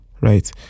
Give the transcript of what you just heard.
right